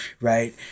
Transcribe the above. right